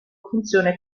funzione